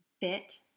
bit